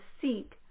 seek